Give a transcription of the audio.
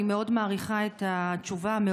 אני מאוד מעריכה את התשובה שלך,